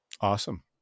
Awesome